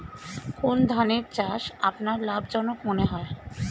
কোন ধানের চাষ আপনার লাভজনক মনে হয়?